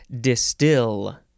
Distill